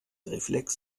reflex